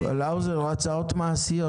האוזר, אבל הצעות מעשיות.